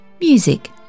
Music